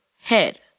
head